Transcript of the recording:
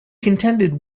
contended